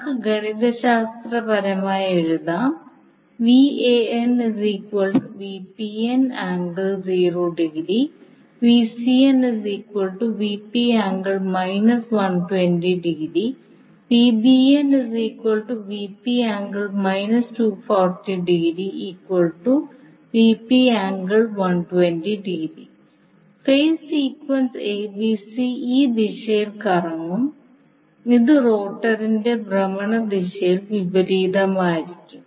നമുക്ക് ഗണിതശാസ്ത്രപരമായി എഴുതാം ഫേസ് സീക്വൻസ് abc ഈ ദിശയിൽ കറങ്ങും ഇത് റോട്ടറിന്റെ ഭ്രമണ ദിശയ്ക്ക് വിപരീതമായിരിക്കും